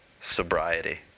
sobriety